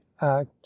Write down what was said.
act